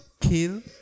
kill